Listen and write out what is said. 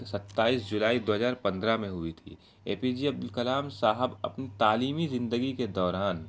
ستائیس جولائی دو ہزار پندرہ میں ہوئی تھی A P J Abdul Kalam صاحب اپنی تعلیمی زندگی کے دوران